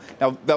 Now